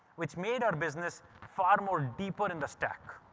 which made our business far more deeper in the stack.